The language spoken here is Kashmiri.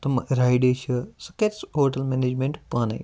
تِم رایڈٕ چھِ سُہ کَرِ سُہ ہوٹَل منیجمیٚنٹ پانےَ